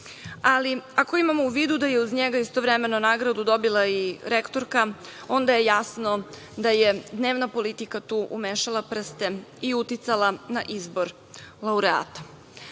Ali, ako imamo u vidu da je uz njega istovremeno nagradu dobila i rektorka, onda je jasno da je dnevna politika tu umešala prste i uticala na izbor laureata. Kada